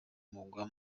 mugwa